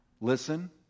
Listen